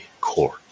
court